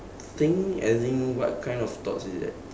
think as in what kind of thoughts is that